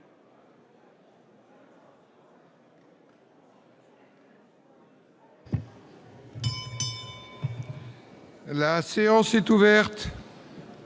La séance est ouverte.